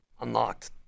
Unlocked